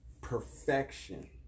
perfection